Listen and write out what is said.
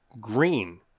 green